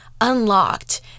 unlocked